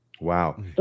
Wow